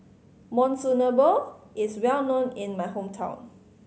monsunabe is well known in my hometown